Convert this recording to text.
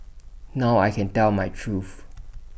now I can tell my truth